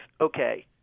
Okay